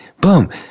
Boom